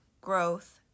growth